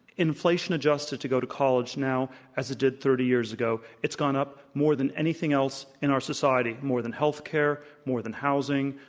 inflation adjusted to go to college now as it did thirty years ago, it's gone up more than anything else in our society, more than health care, more than housing,